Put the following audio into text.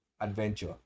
adventure